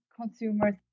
consumers